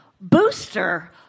booster